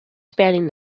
spanning